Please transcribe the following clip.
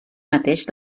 mateix